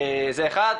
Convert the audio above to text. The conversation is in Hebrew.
זה אחת.